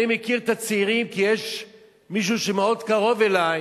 אני מכיר את הצעירים, כי יש מישהו שמאוד קרוב אלי,